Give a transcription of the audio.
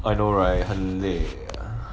I know right 很累